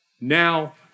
Now